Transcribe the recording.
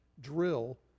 drill